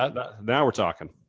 and now we're talking.